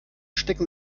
stecken